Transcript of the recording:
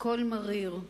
הכול מריר,